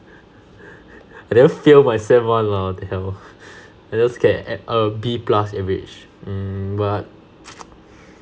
I never failed my sem one lah what the hell I always get at a B plus average mm but